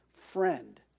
friend